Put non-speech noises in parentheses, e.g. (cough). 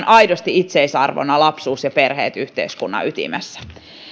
(unintelligible) aidosti itseisarvona ja perheet yhteiskunnan ytimessä